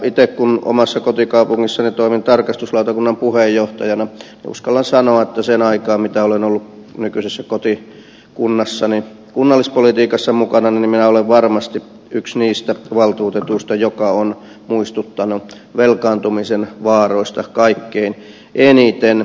itse kun omassa kotikaupungissani toimin tarkastuslautakunnan puheenjohtajana uskallan sanoa että sen aikaa minkä olen ollut nykyisessä kotikunnassani kunnallispolitiikassa mukana minä olen varmasti yksi valtuutettu joka on muistuttanut velkaantumisen vaaroista kaikkein eniten